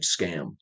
scam